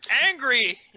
Angry